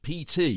PT